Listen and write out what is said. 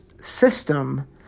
system